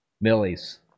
millies